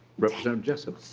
representative jessup